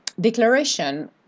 declaration